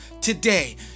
today